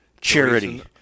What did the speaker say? charity